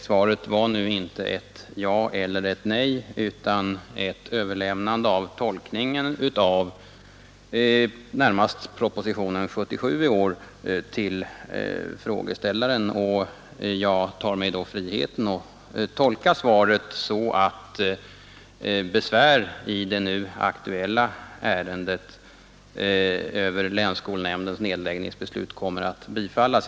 Svaret var nu inte ett ja eller ett nej utan ett överlämnande av tolkningen av närmast propositionen 77 i år till frågeställaren, och jag tar mig då friheten att tolka svaret så att besvär över länsskolnämndens nedläggningsbeslut i det nu aktuella ärendet kommer att bifallas.